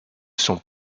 sont